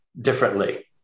differently